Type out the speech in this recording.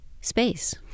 space